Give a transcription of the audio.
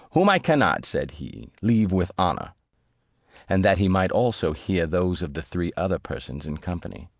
whom i cannot, said he, leave with honour and that he might also hear those of the three other persons in company.